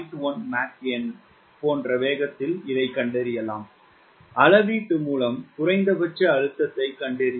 1 Mach எண் போன்ற வேகத்தில் கண்டறியலாம் அளவீட்டு மூலம் குறைந்தபட்ச அழுத்தத்தைக் கண்டறியவும்